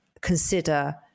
consider